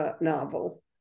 novel